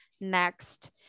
next